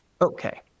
okay